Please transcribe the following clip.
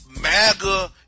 MAGA